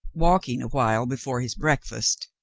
walking a while before his breakfast,